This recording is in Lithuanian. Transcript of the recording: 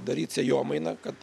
daryt sėjomainą kad